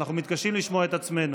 אנחנו מתקשים לשמוע את עצמנו.